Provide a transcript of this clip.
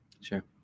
sure